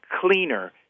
CLEANER